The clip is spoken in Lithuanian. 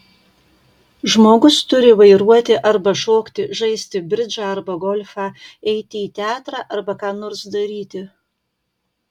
žmogus turi vairuoti arba šokti žaisti bridžą arba golfą eiti į teatrą arba ką nors daryti